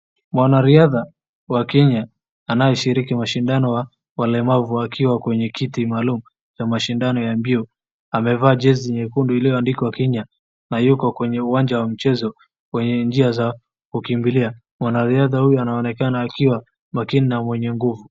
Mwanariadha wa Kenya anayeshiriki mashindano wa wamelamavu akiwa kwenye kiti maalum cha mashindano ya mbio. Amevaa jezi nyekundu iliyoandikwa Kenya na yuko kwenye uwanja wa mchezo wenye njia za kukibilia. mwanariadha huyu naonekana akiwa makini na mwenye nguvu.